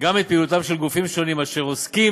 גם את פעילותם של גופים שונים אשר עוסקים